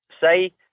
say